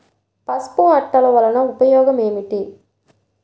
పసుపు అట్టలు వలన ఉపయోగం ఏమిటి?